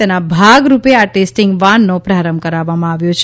તેના ભાગરૂપે આ ટેસ્ટિંગ વાનનો પ્રારંભ કરાવ્યો છે